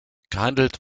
gehandelt